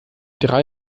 drei